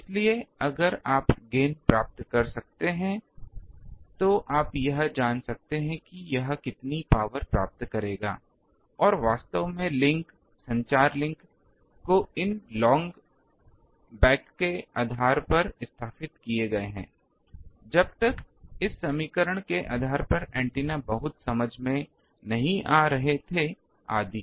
इसलिए अगर आप गेन प्राप्त कर सकते हैं तो आप यह जान सकते हैं कि यह कितनी पावर प्राप्त करेगा और वास्तव में लिंक संचार लिंक को इन लॉन्ग बैक के आधार पर स्थापित किए गए हैं जब तक इस समीकरण के आधार पर ऐन्टेना बहुत समझ में नहीं आ रहे थे आदि